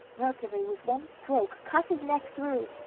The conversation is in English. mercury with one stroke cut his neck through,